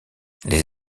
les